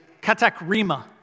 katakrima